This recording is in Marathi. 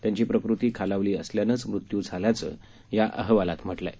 त्यांची प्रकृती खालावली असल्यानंच मृत्य् झाल्याचे या अहवालात म्हटलंय